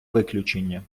виключення